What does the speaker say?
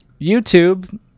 YouTube